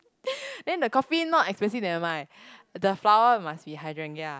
then the coffin not expensive nevermind the flower must be hydrangea